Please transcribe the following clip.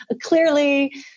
clearly